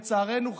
לצערנו,